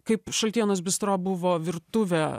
kaip šaltienos bistro buvo virtuvė